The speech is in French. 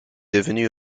devenu